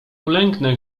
ulęknę